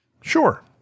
Sure